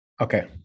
okay